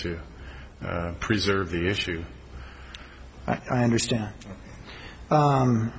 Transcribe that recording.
to preserve the issue i understand